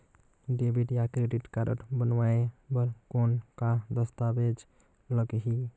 Debit या credit card बनवाय बर कौन का दस्तावेज लगही?